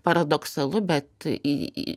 paradoksalu bet į